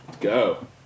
go